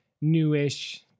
newish